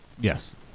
yes